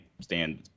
stand